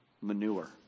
manure